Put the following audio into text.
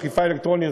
אכיפה אלקטרונית,